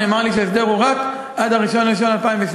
נאמר לי שההסדר הוא רק עד 1 בינואר 2013,